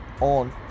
on